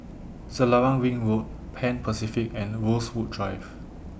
Selarang Ring Road Pan Pacific and Rosewood Drive